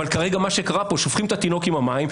אבל כרגע מה שקרה פה ששופכים את התינוק עם המים,